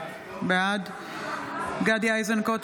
בעד גדי איזנקוט,